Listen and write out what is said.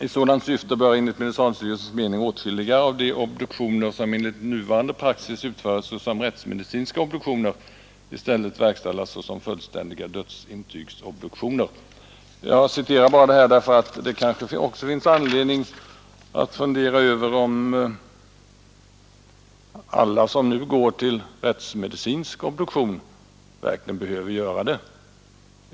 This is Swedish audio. I sådant syfte böra enligt medicinalstyrelsens mening åtskilliga av de obduktioner, som enligt nuvarande praxis utföras såsom rättsmedicinska obduktioner, i stället verkställas såsom fullständiga dödsintygsobduktioner.” Jag citerar detta därför att det kanske också finns anledning att fundera över om alla fall som nu går till rättsmedicinsk obduktion verkligen behöver göra det.